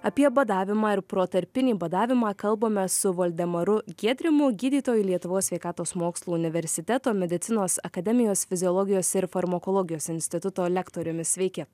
apie badavimą ir protarpinį badavimą kalbame su valdemaru giedriumu gydytoju lietuvos sveikatos mokslų universiteto medicinos akademijos fiziologijos ir farmakologijos instituto lektoriumi sveiki